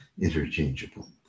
interchangeable